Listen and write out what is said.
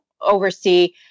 oversee